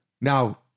Now